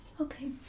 okay